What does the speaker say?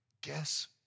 guess